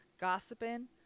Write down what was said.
gossiping